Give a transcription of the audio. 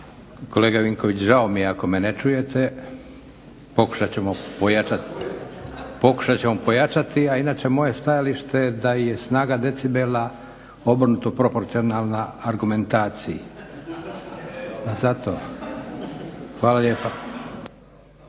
Kolega Vinković žao mi je ako me ne čujete, pokušat ćemo pojačati a inače moje stajalište je da je snaga decibela obrnuto proporcionalna argumentaciji. Hvala lijepa.